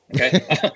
Okay